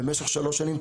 במשך שלוש שנים,